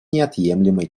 неотъемлемой